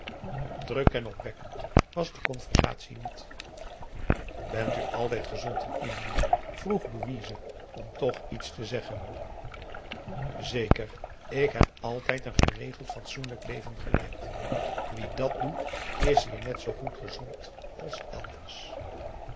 druk en opwekkend was de conversatie niet bent u altijd gezond in indië vroeg louise om toch iets te zeggen zeker ik heb altijd een geregeld fatsoenlijk leven geleid wie dat doet is hier net zoo goed gezond als elders